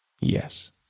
Yes